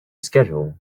schedule